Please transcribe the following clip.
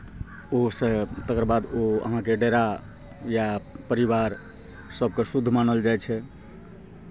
ओहिसँ तकर बाद ओ अहाँके डेरा या परिवार सभके शुद्ध मानल जाइ छै